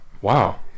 Wow